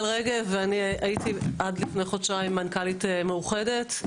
הייתי עד לפני חודשיים מנכ"לית מאוחדת,